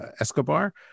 Escobar